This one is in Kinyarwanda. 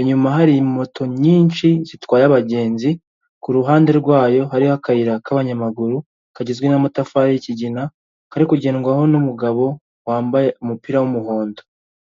inyuma hari moto nyinshi zitwaye abagenzi, ku ruhande rwayo hariho akayira k'abanyamaguru kagizwe n'amatafari y'ikigina, kari kugendwaho n'umugabo wambaye umupira w'umuhondo.